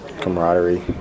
camaraderie